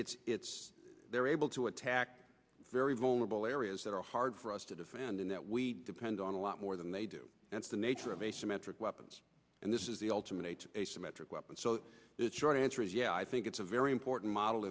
it's it's they're able to attack very vulnerable areas that are hard for us to defend and that we depend on a lot more than they do that's the nature of asymmetric weapons and this is the ultimate asymmetric weapon so short answer is yeah i think it's a very important model